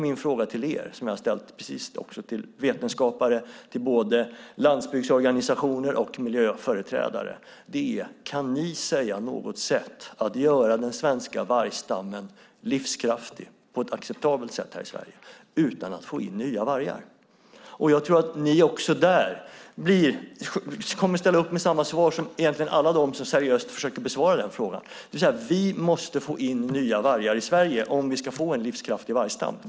Min fråga till er blir - samma fråga har jag ställt till vetenskapare och till landsbygdsorganisationer och miljöföreträdare: Kan ni nämna någon väg att på ett acceptabelt sätt göra den svenska vargstammen livskraftig utan att få in nya vargar? Jag tror att ni kommer med samma svar som egentligen alla de som seriöst försöker besvara frågan, nämligen att vi för att få en livskraftig vargstam måste få in nya vargar i Sverige.